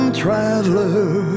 traveler